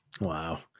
Wow